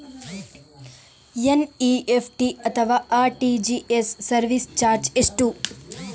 NEFT ಅಥವಾ RTGS service charge ಎಷ್ಟು?